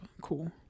cool